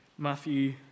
Matthew